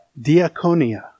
diaconia